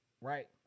right